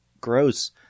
gross